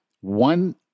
one